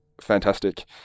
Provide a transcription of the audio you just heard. fantastic